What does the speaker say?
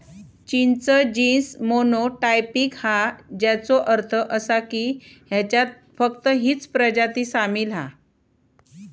चिंच genus monotypic हा, ज्याचो अर्थ असा की ह्याच्यात फक्त हीच प्रजाती सामील हा